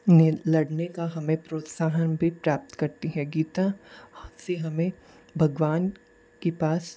लड़ने का हमें प्रोत्साहन भी प्राप्त करती है गीता से हमें भगवान के पास